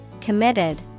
committed